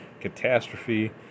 catastrophe